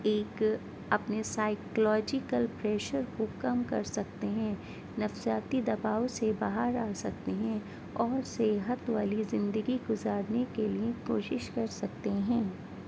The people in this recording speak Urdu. ایک اپنے سائیکلاجیکل پریشر کو کم کر سکتے ہیں نفسیاتی دباؤ سے باہر آ سکتے ہیں اور صحت والی زندگی گزارنے کے لیے کوشش کر سکتے ہیں